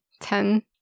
Ten